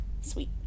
sweet